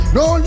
no